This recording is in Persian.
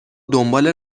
دنبال